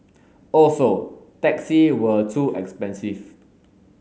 also taxi were too expensive